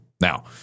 now